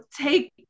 take